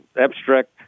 abstract